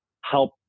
help